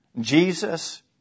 Jesus